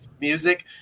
music